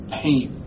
pain